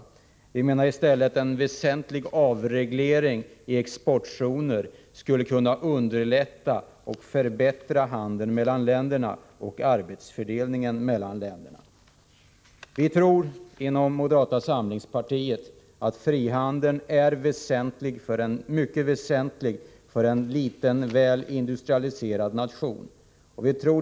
I stället menar vi att en väsentlig avreglering i exportzoner skulle innebära lättnader och förbättringar i fråga om handeln och arbetsfördelningen mellan resp. länder. Inom moderata samlingspartiet tror vi att frihandeln är någonting mycket väsentligt för en liten, väl industrialiserad nation.